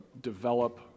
develop